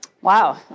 Wow